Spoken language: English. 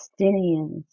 Palestinians